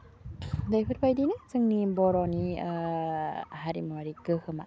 बेफोरबायदिनो जोंनि बर'नि हारिमुवारि गोहोमा